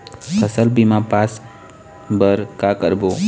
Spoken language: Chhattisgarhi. फसल बीमा पास बर का करबो?